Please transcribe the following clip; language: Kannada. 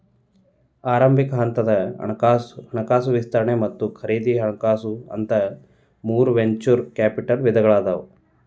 ಆರಂಭಿಕ ಹಂತದ ಹಣಕಾಸು ವಿಸ್ತರಣೆ ಮತ್ತ ಖರೇದಿ ಹಣಕಾಸು ಅಂತ ಮೂರ್ ವೆಂಚೂರ್ ಕ್ಯಾಪಿಟಲ್ ವಿಧಗಳಾದಾವ